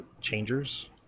changers